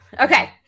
Okay